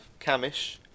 Camish